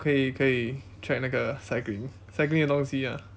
可以可以 track 那个 cycling cycling 的东西 ah